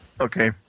okay